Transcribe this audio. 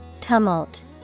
Tumult